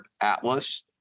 Atlas